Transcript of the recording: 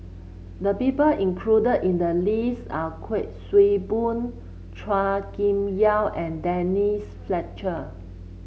the people included in the list are Kuik Swee Boon Chua Kim Yeow and Denise Fletcher